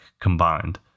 combined